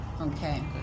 Okay